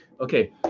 Okay